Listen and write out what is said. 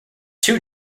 two